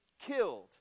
killed